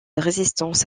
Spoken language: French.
résistance